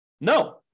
No